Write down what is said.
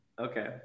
Okay